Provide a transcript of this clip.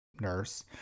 nurse